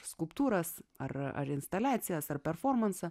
skulptūras ar instaliacijas ar performansą